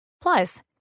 Plus